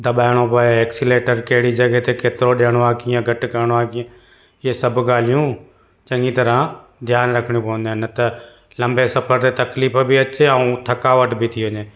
दॿाइणो पए एक्सीलेटर कहिड़ी जॻह ते केतिरो ॾियणो आहे कीअं घटि करिणो आहे कीअं इहे सभु ॻाल्हियूं चङी तरह ध्यानु रखणियूं पवंदियूं आहिनि न त लंबे सफ़र ते तकलीफ़ बि अचे ऐं थकावट बि थी वञे